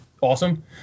awesome